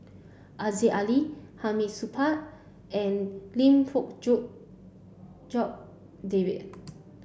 Aziza Ali Hamid Supaat and Lim Fong Jock David